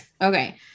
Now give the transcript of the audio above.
Okay